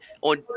on